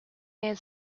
and